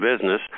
business